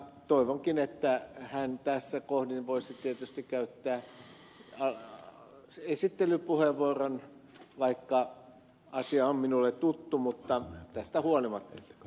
toivonkin että hän tässä kohdin voisi tietysti käyttää esittelypuheenvuoron vaikka asia on minulle tuttu mutta tästä huolimatta